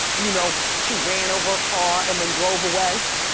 you know, she ran over a car and then drove away?